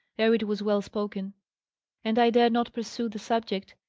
ere it was well spoken and i dared not pursue the subject.